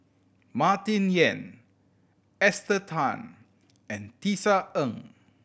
Martin Yan Esther Tan and Tisa Ng